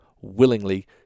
willingly